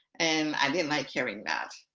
and i didn't like hearing that.